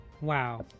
wow